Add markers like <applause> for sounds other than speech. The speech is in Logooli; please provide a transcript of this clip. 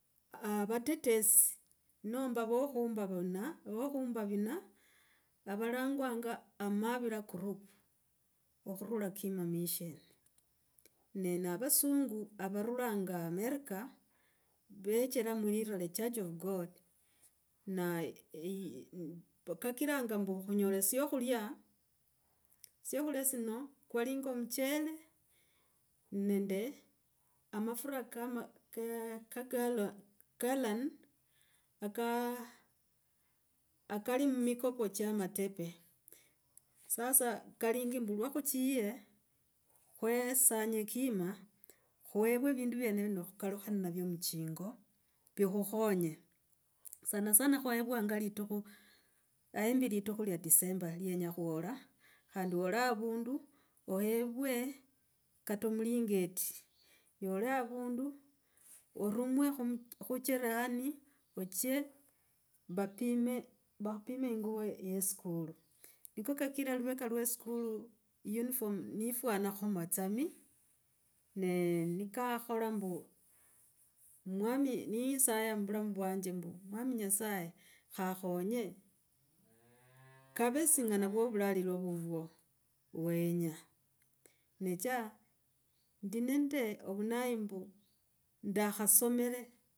Avatetesi nomba vo khumbavuna, vokhumbavina valangwanga, a mivra group okhulura kima mission, ne na avasungu avarulanga america vechra mlira lya church of god. Na ii, kakiranga mbu khunyola syakhula syakhula sino, kwalingi muchere nende amafura kama <hesitation> ka gallan ava kali mikopo cha matepe. Sasa kalingi mbu lwo khuchire khwesanya kima, khuirre vindu vino nokhukalukha navyo muchingo vikhukhonyo sanana khwaerwanga litukho, aembi litukho lya december ni lyenya khuola, khandi oole avundu ohevwe kata omulingoti, yole avundu, urumwe khuchirani och <hesitation> vapime, vakupime inguvo ye isukulu. Niko akkira oluveka iwe isukule uniform nifuankho matsami n <hesitation> nikakhola mbu, mwami nisaya mumbulamu uwanje mbu mwami nyasaye kha akhonye kave singana vwo vulariro vuvwo vwenya necha ndi nende ovuna mbu ndakhasomere.